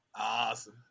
Awesome